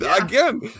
Again